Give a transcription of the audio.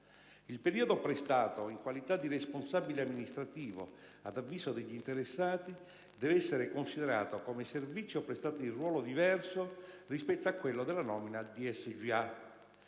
Il periodo prestato in qualità di responsabile amministrativo, ad avviso degli interessati, deve essere considerato come servizio prestato in ruolo diverso rispetto a quello della nomina a DSGA.